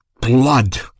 blood